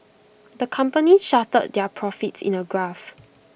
the company charted their profits in A graph